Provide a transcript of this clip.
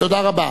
תודה רבה.